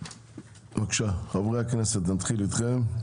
חברי הכנסת, נתחיל איתכם.